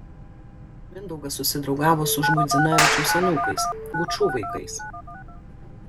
mindaugas susidraugavo su žmuidzinavičiaus anūkais gučų vaikais